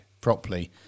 properly